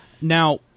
Now